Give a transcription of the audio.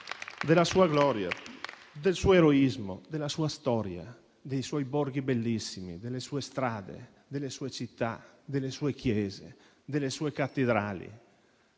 della sua gloria, del suo eroismo, della sua storia, dei suoi borghi bellissimi, delle sue strade, delle sue città, delle sue chiese, delle sue cattedrali,